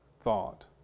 thought